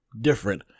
different